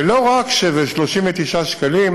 ולא רק שזה 39 שקלים,